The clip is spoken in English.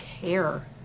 care